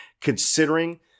considering